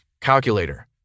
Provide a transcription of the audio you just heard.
Calculator